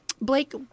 Blake